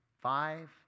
five